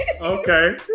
Okay